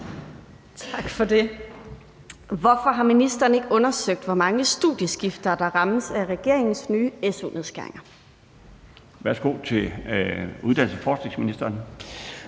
Tak for det. Hvorfor har ministeren ikke undersøgt, hvor mange studieskiftere der rammes af regeringens nye su-nedskæringer? Kl. 13:46 Den fg. formand (Bjarne